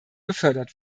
gefördert